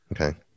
okay